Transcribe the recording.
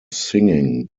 singing